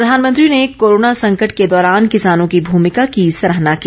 प्रधानमंत्री ने कोराना संकट के दौरान किसानों की भूमिका की सराहना की